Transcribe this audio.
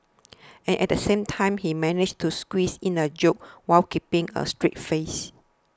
and at the same time he managed to squeeze in a joke while keeping a straight face